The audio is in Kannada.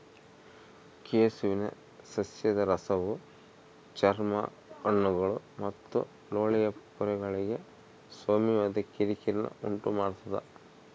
ಕೆಸುವಿನ ಸಸ್ಯದ ರಸವು ಚರ್ಮ ಕಣ್ಣುಗಳು ಮತ್ತು ಲೋಳೆಯ ಪೊರೆಗಳಿಗೆ ಸೌಮ್ಯವಾದ ಕಿರಿಕಿರಿನ ಉಂಟುಮಾಡ್ತದ